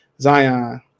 Zion